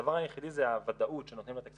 הדבר היחידי זה הוודאות שנותנים לתקציב